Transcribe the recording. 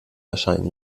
erscheinen